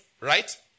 right